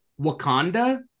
Wakanda